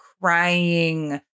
crying